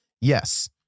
Yes